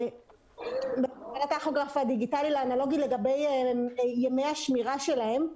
בין הטכוגרף הדיגיטלי לאנלוגי לגבי ימי השמירה שלהם.